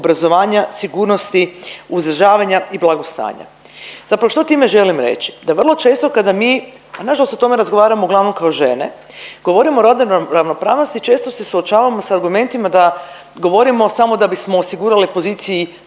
obrazovanja, sigurnosti, uzdržavanja i blagostanja. Zapravo što time želim reći? Da vrlo često kada mi, a nažalost o tome razgovaramo uglavnom kao žene, govorimo o rodnoj ravnopravnosti, često se suočavamo sa argumentima da govorimo samo da bismo osigurali pozicije